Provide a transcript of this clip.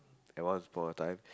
and Once Upon a Time